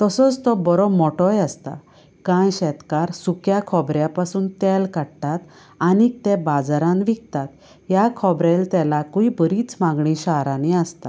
तसोच तो बोरो मोठोय आसता कांय शेतकार सुक्या खोबऱ्यां पासून तेल काडटात आनीक तें बाजारांत विकतात ह्या खोबऱ्याल तेलाकूय बरीच्च मागणी शारांनी आसता